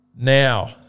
now